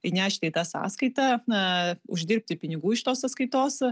įnešti į tą sąskaitą na uždirbti pinigų iš tos sąskaitos